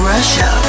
Russia